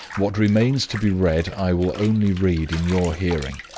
what remains to be read, i will only read in your hearing.